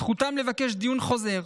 על זכותם לבקש דיון חוזר,